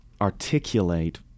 articulate